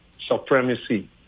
supremacy